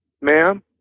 ma'am